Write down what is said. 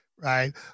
right